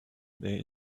there